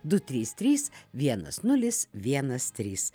du trys trys vienas nulis vienas trys